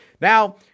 Now